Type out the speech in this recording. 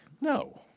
No